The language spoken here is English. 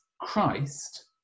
Christ